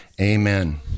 Amen